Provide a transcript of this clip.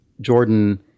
Jordan